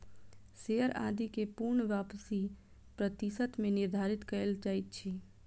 share आदि के पूर्ण वापसी प्रतिशत मे निर्धारित कयल जाइत अछि